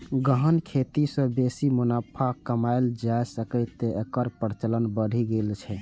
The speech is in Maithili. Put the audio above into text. गहन खेती सं बेसी मुनाफा कमाएल जा सकैए, तें एकर प्रचलन बढ़ि गेल छै